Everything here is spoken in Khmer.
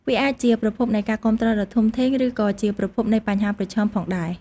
វាអាចជាប្រភពនៃការគាំទ្រដ៏ធំធេង ឬក៏ជាប្រភពនៃបញ្ហាប្រឈមផងដែរ ។